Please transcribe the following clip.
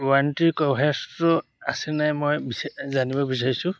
ৱাৰেণ্টিৰ কভাৰেজটো আছে নাই মই জানিব বিচাৰিছোঁ